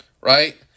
Right